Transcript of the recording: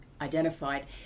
identified